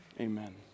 amen